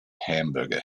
hamburger